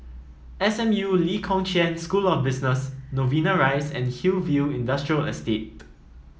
S M U Lee Kong Chian School of Business Novena Rise and Hillview Industrial Estate